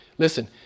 Listen